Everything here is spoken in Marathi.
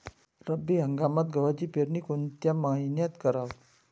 रब्बी हंगामात गव्हाची पेरनी कोनत्या मईन्यात कराव?